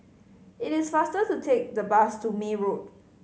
it is faster to take the bus to May Road